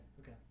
Okay